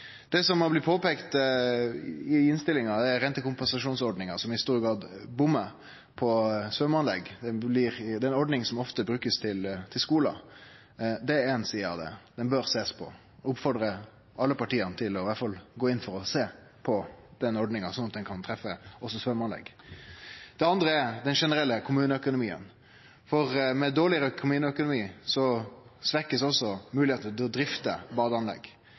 Det som har blitt peikt på i innstillinga, er rentekompensasjonsordninga, som i stor grad bommar på svømmeanlegg. Det er ei ordning som ofte blir brukt til skolar. Det er ei side av det, og det bør ein sjå på. Eg oppfordrar alle partia til i alle fall å gå inn og sjå på den ordninga, sånn at ho kan treffe også svømmeanlegg. Det andre er den generelle kommuneøkonomien. Med dårlegare kommuneøkonomi blir også moglegheita for å drifte badeanlegg